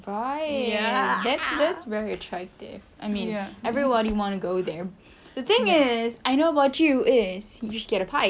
right that that's very attractive I mean everybody want to go there the thing is I know about you is you scared of heights